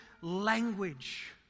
language